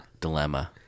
dilemma